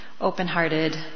open-hearted